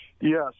Yes